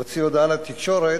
והוציא הודעה לתקשורת